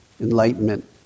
enlightenment